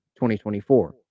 2024